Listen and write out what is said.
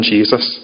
Jesus